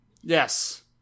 yes